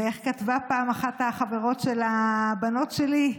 ואיך כתבה פעם אחת החברות של הבנות שלי?